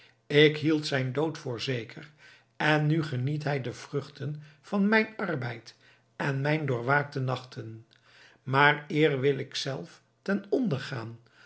ik hield zijn dood voor zeker en nu geniet hij de vruchten van mijn arbeid en mijn doorwaakte nachten maar eer wil ik zelf ten